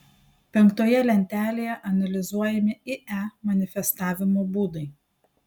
penktoje lentelėje analizuojami ie manifestavimo būdai